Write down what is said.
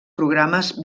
programes